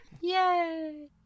Yay